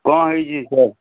କ'ଣ ହେଇଛି